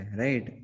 right